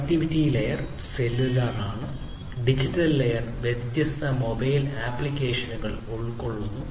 connectivity layer cellular ആണ് digital layer വ്യത്യസ്ത mobile ആപ്ലിക്കേഷനുകൾ ഉൾക്കൊള്ളുന്നു